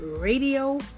Radio